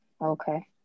Okay